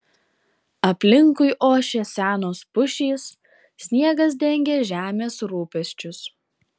aplinkui ošė senos pušys sniegas dengė žemės rūpesčius